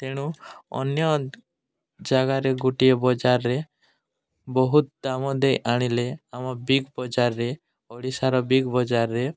ତେଣୁ ଅନ୍ୟ ଜାଗାରେ ଗୋଟିଏ ବଜାରରେ ବହୁତ ଦାମ ଦେଇ ଆଣିଲେ ଆମ ବିଗ ବଜାରରେ ଓଡ଼ିଶାର ବିଗ୍ ବଜାରରେ